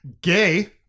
gay